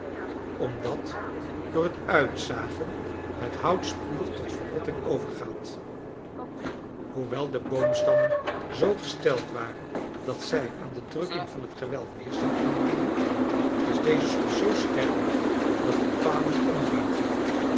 omdat door het uitzagen het hout spoedig tot verrotting overgaat hoewel de boomstammen zoo gesteld waren dat zij aan de drukking van het gewelf weerstand konden bieden is deze soms zoo sterk dat de palen ombuigen